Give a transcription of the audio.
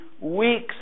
weeks